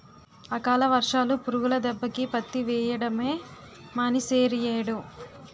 అకాల వర్షాలు, పురుగుల దెబ్బకి పత్తి వెయ్యడమే మానీసేరియ్యేడు